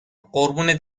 قربون